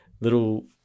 little